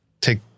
take